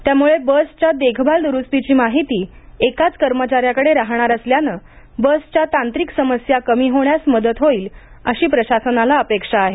यामुळे बसच्या देखभाल दुरुस्तीची माहिती एकाच कर्मचाऱ्याकडे राहणार असल्यानं बसच्या तांत्रिक समस्या कमी होण्यास मदत होईल अशी प्रशासनाला अपेक्षा आहे